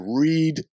read